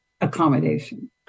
accommodation